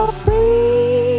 free